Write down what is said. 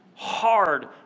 Hard